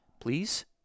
please